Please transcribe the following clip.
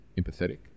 empathetic